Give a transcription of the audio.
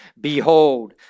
behold